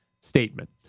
statement